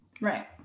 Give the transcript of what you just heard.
Right